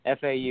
FAU